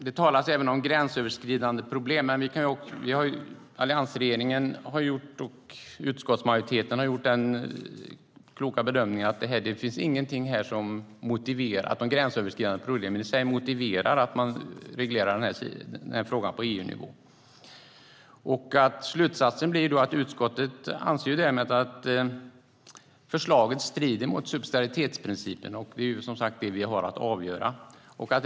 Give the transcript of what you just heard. Det talas även om gränsöverskridande problem. Alliansregeringen och utskottsmajoriteten har gjort den kloka bedömningen att det finns inget i de gränsöverskridande problemen som motiverar att frågan regleras på EU-nivå. Slutsatsen blir att utskottet anser att förslaget strider mot subsidiaritetsprincipen. Det är vad vi har att avgöra.